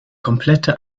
komplette